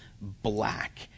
black